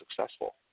successful